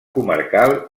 comarcal